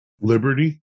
Liberty